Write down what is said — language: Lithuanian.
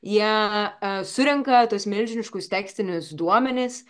jie surenka tuos milžiniškus tekstinius duomenis